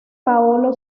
paolo